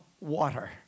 water